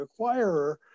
acquirer